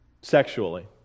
sexually